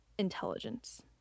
intelligence